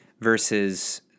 versus